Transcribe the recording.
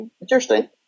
Interesting